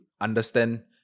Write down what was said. understand